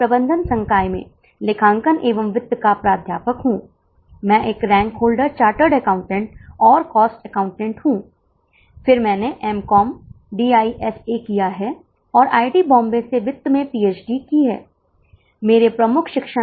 अब लागत के आधार पर सवाल यह है कि आपको गणना करनी है यदि स्कूल प्रति छात्र 500 चार्ज करने का निर्णय लेता है तो छात्रों की संख्या के मामले में बीईपी क्या है और पीवी अनुपात क्या है